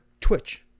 twitch